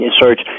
search